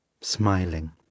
smiling